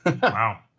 wow